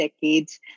decades